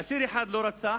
אסיר אחד לא רצח,